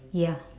ya